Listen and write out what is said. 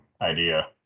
idea